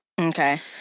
Okay